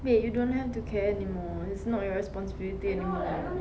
babe you don't have to care anymore it's not your responsibility anymore